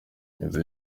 inzu